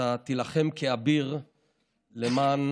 אתה תילחם כאביר למען